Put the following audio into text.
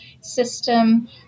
system